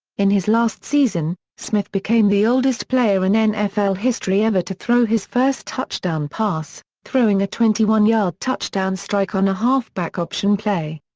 in his last season, smith became the oldest player in nfl history ever to throw his first touchdown pass, throwing a twenty one yard touchdown strike on a halfback option play.